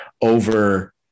over